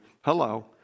hello